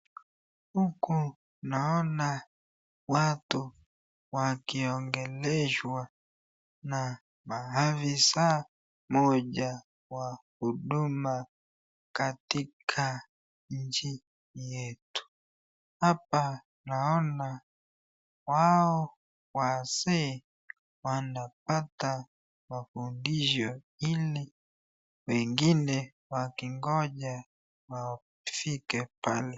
Huku naona watu wakiongeleshwa na afisa moja wa huduma katika nchi yetu. Hapa naona wao wazee wanapata mafundisho ili wengine wakingoja wafike pale.